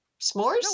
s'mores